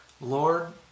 Lord